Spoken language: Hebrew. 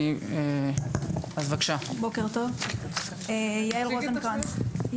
נמצאים כאן